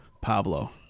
Pablo